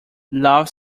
love